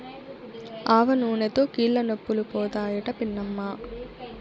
ఆవనూనెతో కీళ్లనొప్పులు పోతాయట పిన్నమ్మా